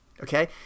Okay